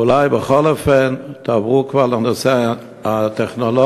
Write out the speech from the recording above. אולי בכל אופן תעברו כבר לנושא הטכנולוגי,